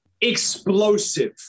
Explosive